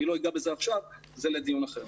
אני לא אגע בזה עכשיו, זה לדיון אחר.